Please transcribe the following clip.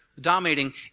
dominating